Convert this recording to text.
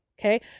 Okay